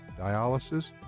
dialysis